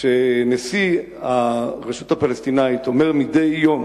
כשנשיא הרשות הפלסטינית אומר מדי יום,